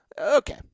okay